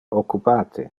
occupate